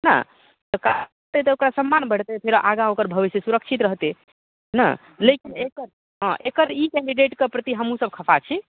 ने सरकार ओकरा सम्मान भेटतै फेर आगा ओकर भविष्य सुरक्षित रहतै ने लेकिन एकर हँ एकर ई कैन्डिडेट कऽ प्रति हमहुँ सभ खफा छी